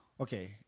okay